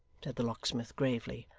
said the locksmith gravely,